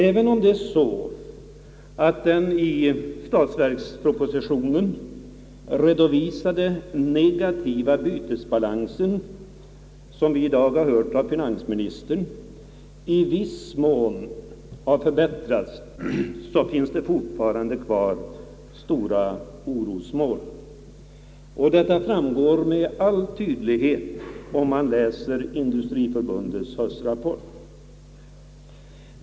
Även om det är så att den i statsverkspropositionen redovisade negativa bytesbalansen, som vi i dag har hört av finansministern, i viss mån har förbättrats under året, finns fortfarande kvar stora orosmoln. Detta framgår med all tydlighet om man läser industriförbundets höstrapport.